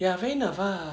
ya fair enough ah